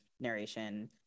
narration